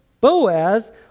Boaz